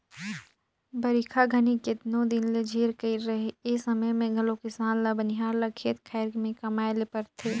बरिखा घनी केतनो दिन ले झेर कइर रहें ए समे मे घलो किसान ल बनिहार ल खेत खाएर मे कमाए ले परथे